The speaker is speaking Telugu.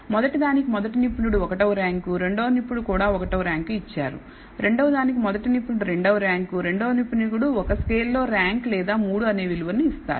మొదటి దానికి మొదటి నిపుణుడు 1 వ ర్యాంకు రెండవ నిపుణుడు కూడా 1 వ ర్యాంకు ఇచ్చారు రెండవ దానికి మొదటి నిపుణుడు 2 వ ర్యాంకు రెండవ నిపుణుడు ఒక స్కేల్ లో ర్యాంక్ లేదా 3 అనే విలువను ఇస్తారు